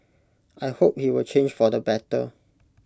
I hope he will change for the better